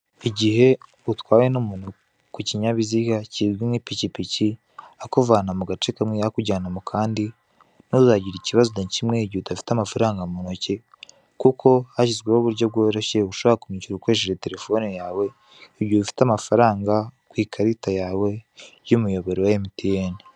Igihe utwawe n'umuntu ku kinyabiziga kizwi nk'ipikipiki akuvana mu gace kamwe akujyana mu kandi ntuzagire ikibazo na kimwe igihe udafite amafaranga mu ntoki kuko hashyizweho uburyo bworoshye ushobora kwimwishyura ukoresheje telephone yawe mu gihe ufite amafaranga ku ikarita yawe y'umuyoboro wa MTN.